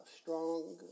strong